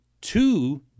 two